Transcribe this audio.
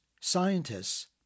scientists